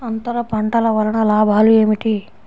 అంతర పంటల వలన లాభాలు ఏమిటి?